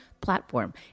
platform